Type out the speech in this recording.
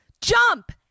jump